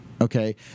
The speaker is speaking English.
okay